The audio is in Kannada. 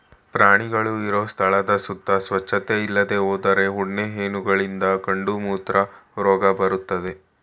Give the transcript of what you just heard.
ಪ್ರಾಣಿಗಳು ಇರೋ ಸ್ಥಳದ ಸುತ್ತ ಸ್ವಚ್ಚತೆ ಇಲ್ದೇ ಹೋದ್ರೆ ಉಣ್ಣೆ ಹೇನುಗಳಿಂದ ಕಂದುಮೂತ್ರ ರೋಗ ಬರ್ತದೆ